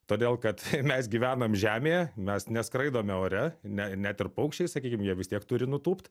todėl kad mes gyvenam žemėje mes neskraidome ore ne net ir paukščiai sakykim jie vis tiek turi nutūpt